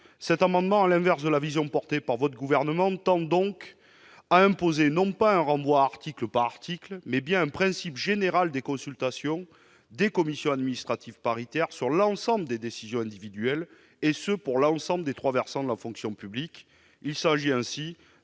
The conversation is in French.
Cet amendement, à l'inverse de la vision portée par le Gouvernement, tend donc à imposer non pas un renvoi article par article, mais bien un principe général de consultation des commissions administratives paritaires sur l'ensemble des décisions individuelles, et ce, pour l'ensemble des trois fonctions publiques. Il s'agit ainsi